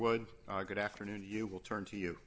wood are good afternoon you will turn to you